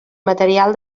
material